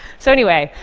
so anyway,